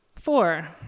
Four